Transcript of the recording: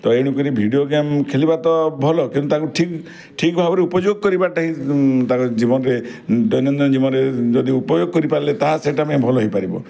ତ ଏଣୁକରି video game ଖେଳିବା ତ ଭଲ କିନ୍ତୁ ଆମେ ଠିକ୍ ଠିକ୍ ଭାବରେ ଉପଯୋଗ କରିବାଟା ହିଁ ତାଙ୍କ ଜୀବନରେ ଦୈନନ୍ଦିନ ଜୀବନରେ ଯଦି ଉପଯୋଗ କରିପାରିଲେ ତାହା ସେଇଟା ପାଇଁ ଭଲ ହେଇପାରିବ